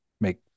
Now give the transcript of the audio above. make